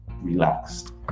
relaxed